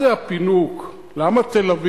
מה זה הפינוק, למה תל-אביב?